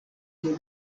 cyo